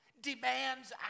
demands